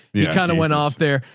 you kind of went off there.